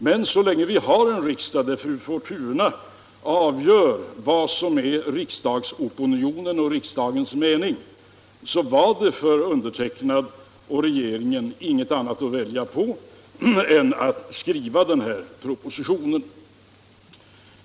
Men så länge vi har en riksdag, där fru Fortuna avgör vad som är riksdagsopinionen och riksdagens mening, var det för mig själv och regeringen inget annat att välja på än att skriva den proposition som nu framlagts.